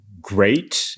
great